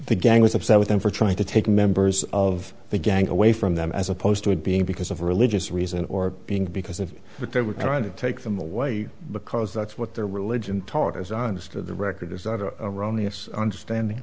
the gang was upset with him for trying to take members of the gang away from them as opposed to it being because of religious reason or being because of what they were trying to take them away because that's what their religion taught as i understood the record is erroneous understanding